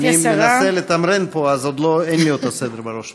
אני מנסה לתמרן פה, אז אין לי עוד סדר בראש.